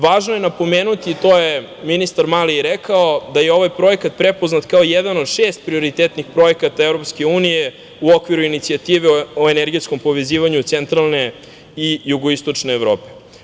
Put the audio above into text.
Važno je napomenuti, to je ministar Mali i rekao, da je ovaj projekat prepoznat kao jedan od šest prioritetnih projekata EU u okviru Inicijative o energetskom povezivanju centralne i jugoistočne Evrope.